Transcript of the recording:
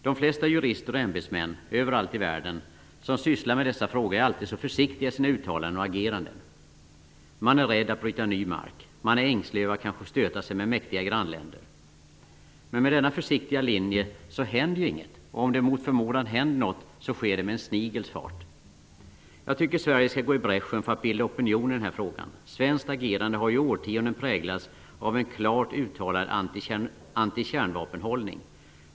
De flesta jurister och ämbetsmän -- överallt i världen -- som sysslar med dessa frågor är alltid så försiktiga i sina uttalanden och ageranden. Man är rädd att bryta ny mark. Man är ängslig över att kanske stöta sig med mäktiga grannländer. Men med denna försiktiga linje händer ju inget, och om det mot förmodan händer något sker det med en snigels fart. Jag tycker att Sverige skall gå i bräschen för att bilda opinion i den här frågan. Svenskt agerande har ju i årtionden präglats av en klart uttalad antikärnvapenhållning.